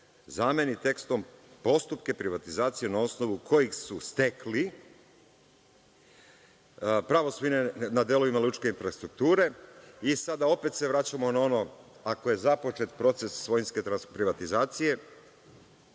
zameni tekstom „postupke privatizacije na osnovu kojih su stekli pravo svojine na delovima lučke infrastrukture“ i sada opet se vraćamo na ono „ako je započet proces svojinske privatizacije